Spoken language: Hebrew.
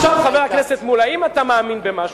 עכשיו, חבר הכנסת מולה, אם אתה מאמין במשהו,